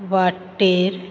वाटेर